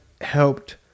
helped